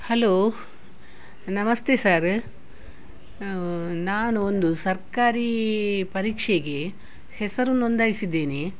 hello namaste sir ನಾನು ಒಂದು ಸರ್ಕಾರಿ ಪರೀಕ್ಷೆಗೆ ಹೆಸರು ನೋಂದಾಯ್ಸಿದ್ದೀನಿ